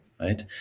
right